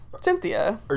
Cynthia